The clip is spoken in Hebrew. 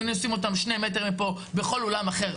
אם היינו עושים אותם שני מטר מפה בכל אולם אחר,